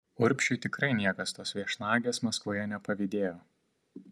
urbšiui tikrai niekas tos viešnagės maskvoje nepavydėjo